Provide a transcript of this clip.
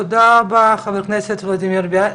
תודה רבה, חבר הכנסת ולדימיר בליאק.